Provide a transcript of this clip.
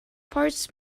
parts